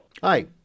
Hi